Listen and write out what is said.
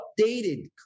updated